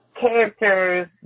Characters